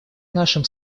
нашим